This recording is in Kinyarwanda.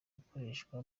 gukoreshwa